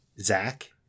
Zach